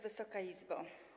Wysoka Izbo!